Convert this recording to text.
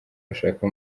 ashaka